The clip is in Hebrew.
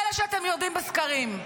פלא שאתם יורדים בסקרים.